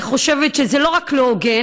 אני חושבת שזה לא רק לא הוגן,